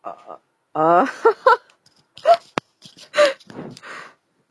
uh uh err